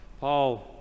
Paul